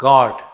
God